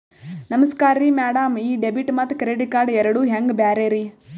ನಮಸ್ಕಾರ್ರಿ ಮ್ಯಾಡಂ ಈ ಡೆಬಿಟ ಮತ್ತ ಕ್ರೆಡಿಟ್ ಕಾರ್ಡ್ ಎರಡೂ ಹೆಂಗ ಬ್ಯಾರೆ ರಿ?